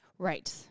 Right